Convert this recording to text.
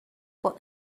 put